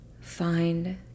find